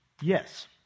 yes